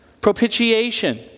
propitiation